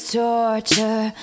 torture